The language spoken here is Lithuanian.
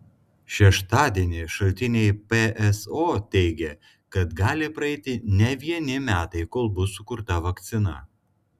šeštadienį šaltiniai pso teigė kad gali praeiti ne vieni metai kol bus sukurta vakcina